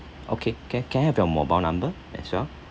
okay can can I have your mobile number as well